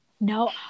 No